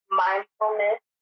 mindfulness